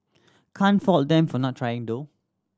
can't fault them for not trying though